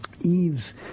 Eve's